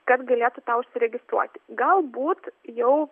kad galėtų tą užsiregistruoti galbūt jau